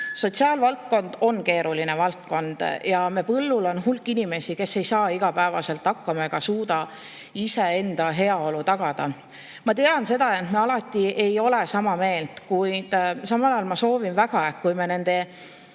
Sotsiaalvaldkond on keeruline valdkond ja me põllul on hulk inimesi, kes ei saa igapäevaselt hakkama ega suuda iseenda heaolu tagada. Ma tean, et me ei ole alati sama meelt, kuid samal ajal ma soovin väga, et kui me neid